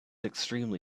extremely